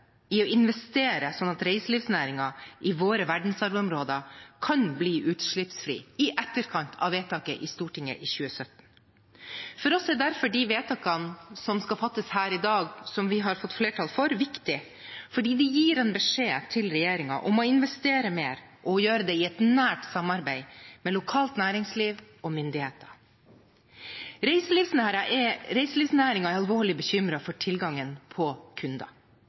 å investere slik at reiselivsnæringen i våre verdensarvområder kan bli utslippsfri. For oss er derfor de vedtakene som skal fattes her i dag, som vi har fått flertall for, viktige fordi de gir en beskjed til regjeringen om å investere mer og gjøre det i et nært samarbeid med lokalt næringsliv og myndigheter. Reiselivsnæringen er alvorlig bekymret for tilgangen på kunder.